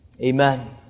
Amen